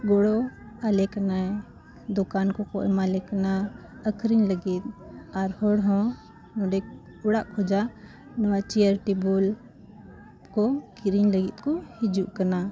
ᱜᱚᱲᱚᱣ ᱟᱞᱮ ᱠᱟᱱᱟᱭ ᱫᱚᱠᱟᱱ ᱠᱚᱠᱚ ᱮᱢᱟᱞᱮ ᱠᱟᱱᱟ ᱟᱹᱠᱷᱨᱤᱧ ᱞᱟᱹᱜᱤᱫ ᱟᱨ ᱦᱚᱲ ᱦᱚᱸ ᱱᱚᱰᱮ ᱚᱲᱟᱜ ᱠᱷᱚᱱᱟᱜ ᱱᱚᱣᱟ ᱪᱮᱭᱟᱨ ᱴᱮᱵᱚᱞ ᱠᱚ ᱠᱤᱨᱤᱧ ᱞᱟᱹᱜᱤᱫ ᱠᱚ ᱦᱤᱡᱩᱜ ᱠᱟᱱᱟ